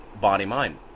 body-mind